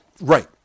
Right